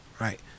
right